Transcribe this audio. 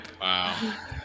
Wow